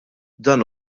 dan